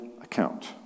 account